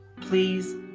Please